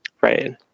Right